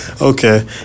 Okay